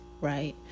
right